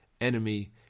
enemy